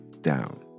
down